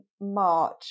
march